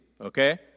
okay